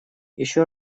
еще